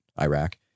Iraq